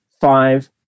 five